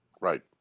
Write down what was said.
Right